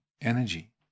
energy